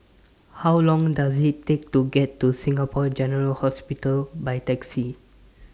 How Long Does IT Take to get to Singapore General Hospital By Taxi